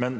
men